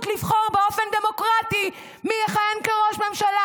לבחור באופן דמוקרטי מי יכהן כראש ממשלה.